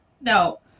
No